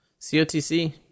COTC